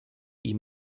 ihm